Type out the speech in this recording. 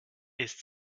ist